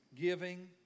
Giving